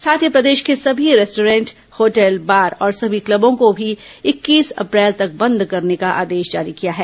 साथ ही प्रदेश के सभी रेस्टोरेंट होटल बार और सभी क्लबों को भी इक्कीस अप्रैल तक बंद करने का आदेश जारी किया है